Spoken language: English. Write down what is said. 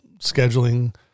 scheduling